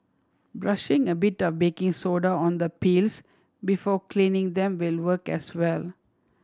brushing a bit of baking soda on the peels before cleaning them will work as well